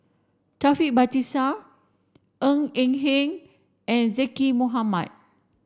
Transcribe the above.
Taufik Batisah Ng Eng Hen and Zaqy Mohamad